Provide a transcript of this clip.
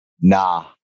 nah